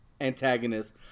antagonist